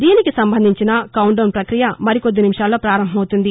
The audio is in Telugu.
దీనికి సంబంధించిన కౌంట్ డౌస్ ప్రక్రియ మరికొద్ది నిమిషాల్లో పారంభం అవుతుంది